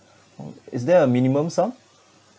oh is there a minimum sum